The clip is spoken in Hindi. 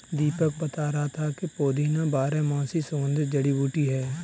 दीपक बता रहा था कि पुदीना बारहमासी सुगंधित जड़ी बूटी है